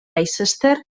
leicester